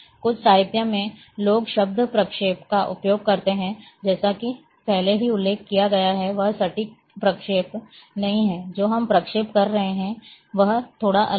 कुछ साहित्य में लोग शब्द प्रक्षेप का उपयोग करते हैं जैसा कि पहले ही उल्लेख किया गया है कि यह सटीक प्रक्षेप नहीं है जो हम प्रक्षेप कर रहे हैं वह थोड़ा अलग है